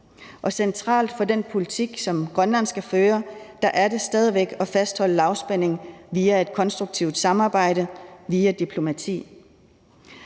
Og centralt for den politik, som Grønland skal føre, er det stadig væk at fastholde lavspænding via et konstruktivt samarbejde, via diplomati.